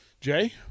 Jay